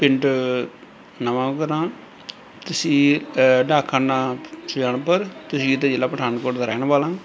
ਪਿੰਡ ਨਵਾਂ ਗਰਾਮ ਤਹਿਸੀਲ ਡਾਕਖਾਨਾ ਸਿਆਲਪੁਰ ਤਹਿਸੀਲ ਅਤੇ ਜ਼ਿਲ੍ਹਾ ਪਠਾਨਕੋਟ ਦਾ ਰਹਿਣ ਵਾਲਾ